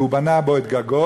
והוא בנה בה את גגו.